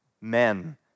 men